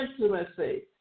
intimacy